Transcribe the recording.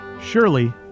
Surely